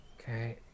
Okay